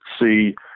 see